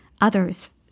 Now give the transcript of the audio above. others